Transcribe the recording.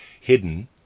hidden